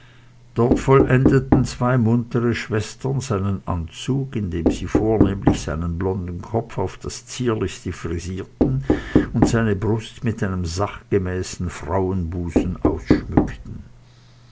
dort vollendeten zwei muntere schwestern seinen anzug indem sie vornehmlich seinen blonden kopf auf das zierlichste frisierten und seine brust mit einem sachgemäßen frauenbusen ausschmückten